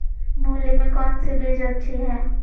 मूली में कौन सी बीज अच्छी है?